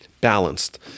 balanced